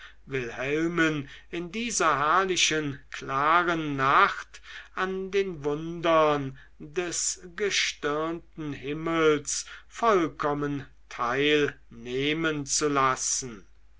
wilhelmen in dieser herrlichen klaren nacht an den wundern des gestirnten himmels vollkommen teilnehmen zu lassen